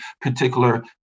particular